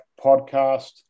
Podcast